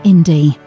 Indie